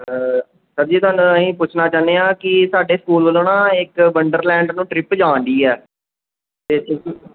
sir ji ਤੁਹਾਨੂੰ ਅਸੀਂ ਪੁੱਛਣਾ ਚਾਹੁੰਦੇ ਹਾਂ ਕਿ ਸਾਡੇ ਸਕੂਲ ਵੱਲੋਂ ਨਾ ਇੱਕ ਵੰਡਰਲੈਂਡ ਨੂੰ ਟਰਿੱਪ ਜਾਣਡੀ ਹੈ ਅਤੇ